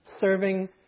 serving